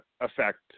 affect